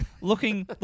looking